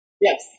Yes